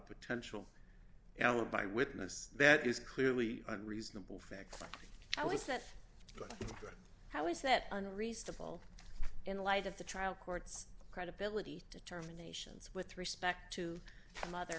potential alibi witness that is clearly reasonable facts how is that how is that unreasonable in light of the trial court's credibility determinations with respect to the mother